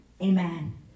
Amen